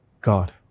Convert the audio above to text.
God